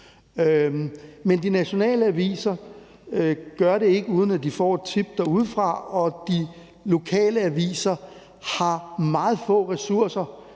Men de nationale aviser gør det ikke, uden at de får et tip derudefra, og de lokale aviser har meget få ressourcer